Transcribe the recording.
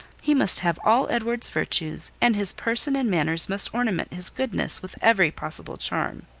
he must have all edward's virtues, and his person and manners must ornament his goodness with every possible charm.